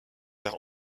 vers